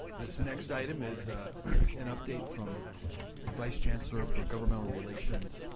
this next item is an update from advice chancellor for governmental relations.